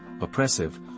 oppressive